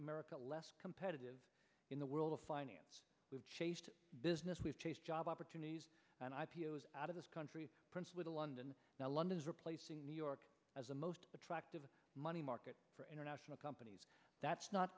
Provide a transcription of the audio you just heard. america less competitive in the world of finance we've chased business we've chased job opportunities and i p o s out of this country prince with the london now london is replacing new york as a most attractive money market for international companies that's not